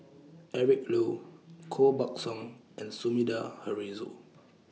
Eric Low Koh Buck Song and Sumida Haruzo